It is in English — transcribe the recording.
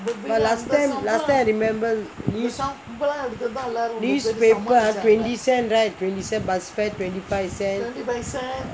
but last time last time I remember news newspaper ah twenty cents right twenty cents bus fare twenty five cents